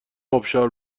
ابشار